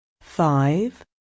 five